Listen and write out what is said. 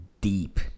deep